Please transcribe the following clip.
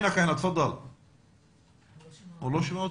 אני לא שומע.